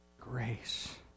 grace